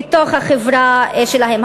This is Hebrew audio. בתוך החברה שלהן.